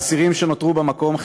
האסירים שנותרו במקום,